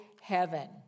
heaven